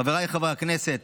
חבריי חברי הכנסת,